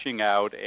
out